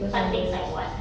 fun things like what